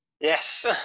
Yes